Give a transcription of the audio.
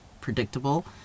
predictable